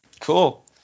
Cool